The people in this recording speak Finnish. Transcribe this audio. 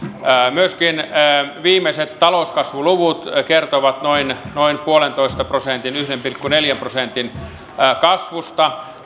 myöskin viimeiset talouskasvuluvut kertovat tällä kolmannella neljänneksellä noin puolentoista prosentin yhden pilkku neljän prosentin kasvusta